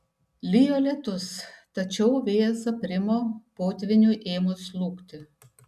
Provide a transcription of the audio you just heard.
lijo lietus tačiau vėjas aprimo potvyniui ėmus slūgti